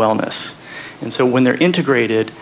wellness and so when there are integrated